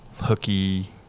hooky